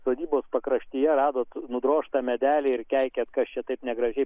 sodybos pakraštyje radot nudrožt medelį ir keikiat kas čia taip negražiai